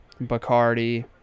Bacardi